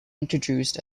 introduced